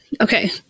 okay